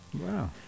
Wow